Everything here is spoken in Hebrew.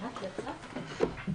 המשפטית.